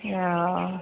हाँ